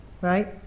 right